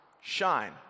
shine